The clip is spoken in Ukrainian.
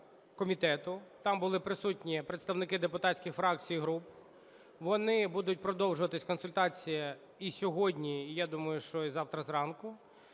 там були присутні представники депутатських фракцій і груп. Вони будуть продовжуватися, консультації, і сьогодні, і я думаю, що і завтра зранку,